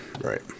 Right